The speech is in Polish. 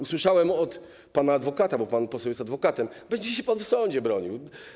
Usłyszałem od pana adwokata, bo pan poseł jest adwokatem: będzie się pan w sądzie bronił.